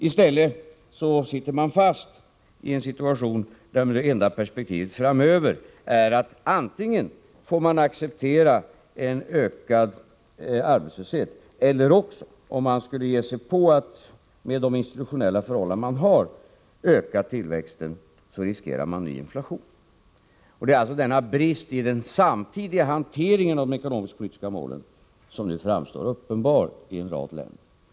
I stället sitter flera länder fast i en situation där det enda perspektivet framöver är att de antingen får acceptera en ökad arbetslöshet eller också — om de, med de institutionella förhållanden de har, skulle ge sig på att öka tillväxten — riskerar ny inflation. Det är alltså denna brist i den samtidiga hanteringen av de ekonomiskpolitiska målen som nu framstår som uppenbar i en rad länder.